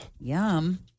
Yum